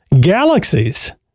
galaxies